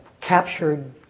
captured